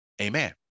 Amen